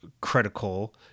critical